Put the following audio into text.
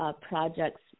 projects